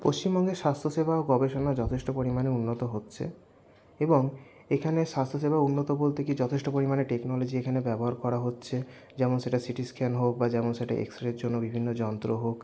পশ্চিমবঙ্গের স্বাস্থ্যসেবা ও গবেষণা যথেষ্ট পরিমাণে উন্নত হচ্ছে এবং এখানে স্বাস্থ্যসেবা উন্নত বলতে কি যথেষ্ট পরিমাণে টেকনোলজি এখানে ব্যবহার করা হচ্ছে যেমন সেটা সিটি স্ক্যান হোক বা যেমন সেটা এক্সরের জন্য বিভিন্ন যন্ত্র হোক